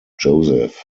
joseph